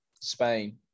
Spain